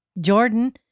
Jordan